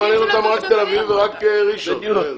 מעניין אותם רק תל-אביב ורק ראשון.